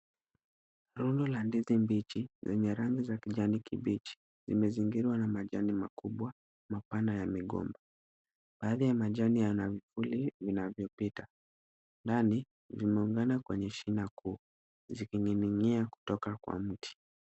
Rundo la ndizi mbichi zenye rangi za kijani kibichi, zimezingirwa na majani makubwa mapana ya migomba. Baadhi ya majani yana vivuli vinavyopita. Ndani vimeungana kwenye shina kuu zikining'inia kutoka kwa mti.